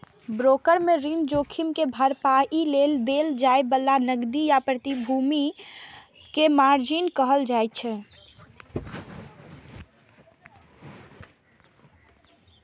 broker कें ऋण जोखिम के भरपाइ लेल देल जाए बला नकदी या प्रतिभूति कें मार्जिन कहल जाइ छै